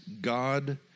God